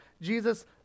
Jesus